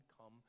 come